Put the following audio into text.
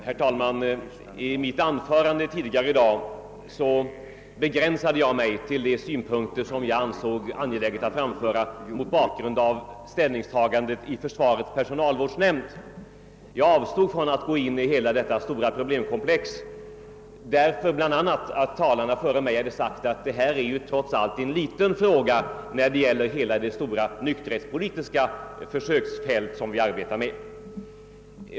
Herr talman! I mitt anförande tidigare i dag begränsade jag mig till de synpunkter jag ansåg angelägna att framföra mot bakgrund till ställningstagandet i försvarets personalvårdsnämnd. Jag avstod från att gå in på hela problemkomplexet, bl.a. därför att detta trots allt är en liten fråga när det gäller hela det stora nykterhetspolitiska försöksfält som man arbetar med.